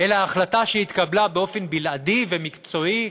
אלא זו החלטה שהתקבלה באופן בלעדי, ומקצועי,